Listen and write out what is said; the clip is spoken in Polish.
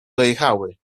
dojechały